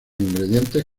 ingredientes